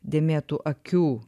dėmėtų akių